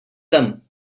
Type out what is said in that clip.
them